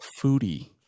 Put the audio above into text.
Foodie